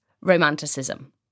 romanticism